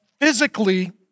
physically